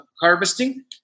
harvesting